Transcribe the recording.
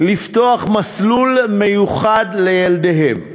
לפתוח מסלול מיוחד לילדיהם.